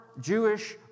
Jewish